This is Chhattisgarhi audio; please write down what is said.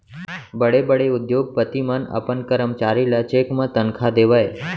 बड़े बड़े उद्योगपति मन अपन करमचारी ल चेक म तनखा देवय